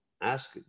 ask